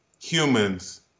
Humans